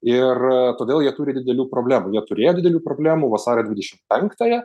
ir todėl jie turi didelių problemų jie turėjo didelių problemų vasario dvidešim penktąją